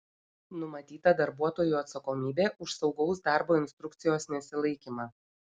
numatyta darbuotojų atsakomybė už saugaus darbo instrukcijos nesilaikymą